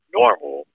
normal